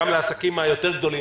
גם לעסקים היותר גדולים,